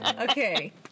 Okay